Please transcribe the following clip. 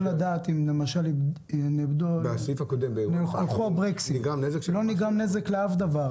אם הלכו הברקסים ולא נגרם נזק לאף דבר.